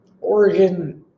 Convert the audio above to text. Oregon